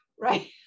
right